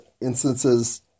instances